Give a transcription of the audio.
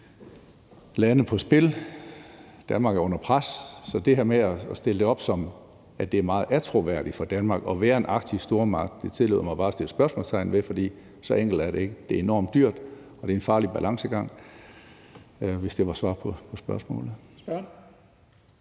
lande på spil og Danmark er under pres. Så det her med at stille det op, som om det er meget attråværdigt for Danmark at være en arktisk stormagt, tillod jeg mig bare at stille spørgsmålstegn ved, for så enkelt er det ikke. Det er enormt dyrt, og det er en farlig balancegang – hvis det var svar på spørgsmålet.